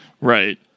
Right